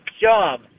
job